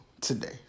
today